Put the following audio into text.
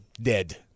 dead